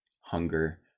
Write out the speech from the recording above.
hunger